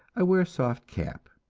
i wear a soft cap.